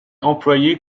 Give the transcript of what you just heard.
employée